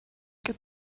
get